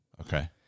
Okay